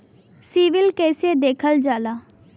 CIBIL कैसे देखल जाला?